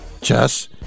chess